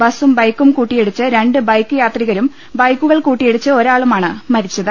ബസും ബൈക്കും കൂട്ടിയിടിച്ച് രണ്ട് ബൈക്ക് യാത്രികരും ബൈക്കുകൾ കൂട്ടിയിടിച്ച് ഒരാളുമാണ് മരിച്ചത്